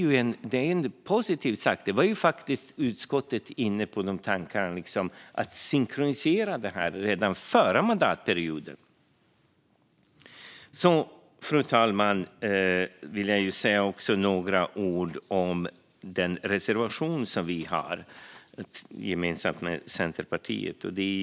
Utskottet var faktiskt inne på tanken att synkronisera detta redan förra mandatperioden. Fru talman! Jag vill också säga några ord om den reservation vi har tillsammans med Centerpartiet.